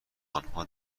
آنها